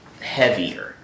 heavier